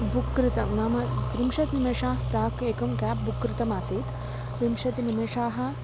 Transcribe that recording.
book कृतं नाम त्रिंशत्निमेषाः प्राक् एकं क्याब् बुक् कृतमासीत् विंशतिनिमेषाः